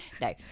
No